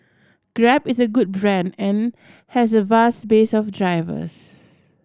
grab is a good brand and has a vast base of drivers